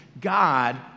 God